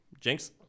Jinx